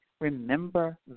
Remember